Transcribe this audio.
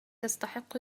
تستحق